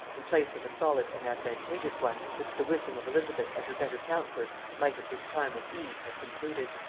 in place of the solid and advantageous one which the wisdom of elizabeth and her better counsellor might at this time with ease have concluded.